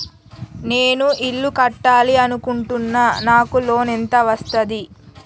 నేను ఇల్లు కట్టాలి అనుకుంటున్నా? నాకు లోన్ ఎంత వస్తది?